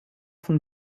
von